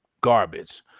garbage